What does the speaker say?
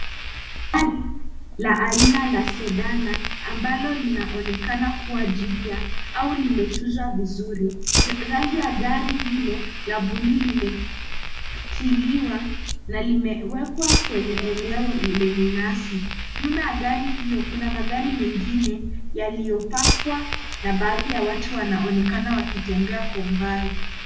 Gari la aina ya sedani, ambalo linaonekana kua jipya au limetunzwa vizuri. Rangi ya gari hilo la buluu likilima na limewekwa kwenye eneo lenye nyasi. Nyuma ya gari hiyo kuna magari mengine yaliyopakwa na baadhi ya watu wanaoonekana wakitembea kwa umbali.